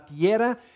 tierra